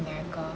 america